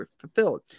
fulfilled